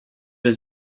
was